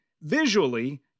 visually